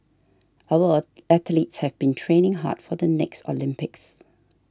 our a athletes have been training hard for the next Olympics